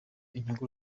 inyungu